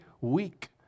week